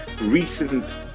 recent